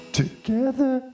together